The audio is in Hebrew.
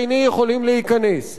זה מדאיג, זה מסוכן.